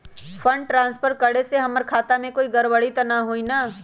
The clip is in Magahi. फंड ट्रांसफर करे से हमर खाता में कोई गड़बड़ी त न होई न?